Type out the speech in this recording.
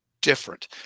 different